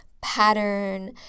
pattern